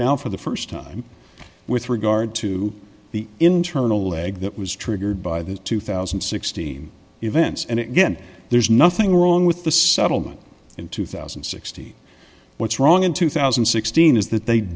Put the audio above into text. now for the st time with regard to the internal leg that was triggered by the two thousand and sixteen events and again there's nothing wrong with the settlement in two thousand and sixteen what's wrong in two thousand and sixteen is that they